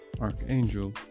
Archangel